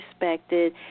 respected